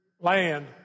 land